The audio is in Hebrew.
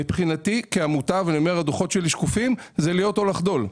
מבחינתי, כעמותה זה להיות או לחדול.